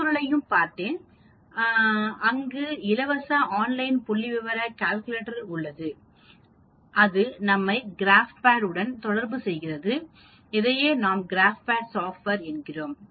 மென்பொருளையும் பார்த்தேன் அங்கு இலவச ஆன்லைன் புள்ளிவிவர கால்குலேட்டர் உள்ளது அது நம்மை கிராப்பேட் உடன் தொடர்பு செய்கிறது இதையே நாம் கிராப்பேட் சாஃப்ட்வேர் என்கிறோம்